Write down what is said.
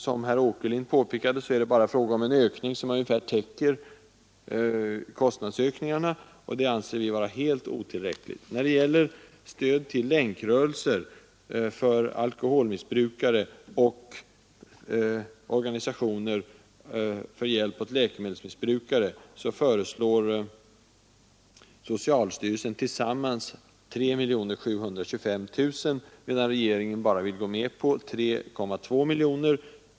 Som herr Åkerlind påpekade är det bara fråga om en ökning som ungefär täcker kostnadsstegringarna, och det anser vi vara helt otillräckligt. När det gäller stöd till länkrörelser för alkoholmissbrukare och organisationer för hjälp åt läkemedelsmissbrukare föreslår socialstyrelsen tillsammans 3 725 000 kronor, medan regeringen bara vill gå med på 3,2 miljoner.